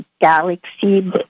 galaxy